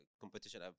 competition